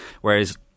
whereas